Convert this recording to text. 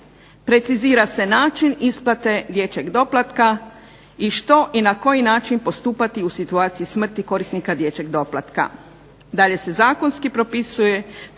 Precizira se način isplate dječjeg doplatka, i što i na koji način postupati u situaciji smrti korisnika dječjeg doplatka.